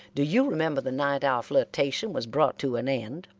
do you remember the night our flirtation was brought to an end?